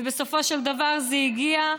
ובסופו של דבר זה הגיע.